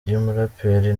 y’umuraperi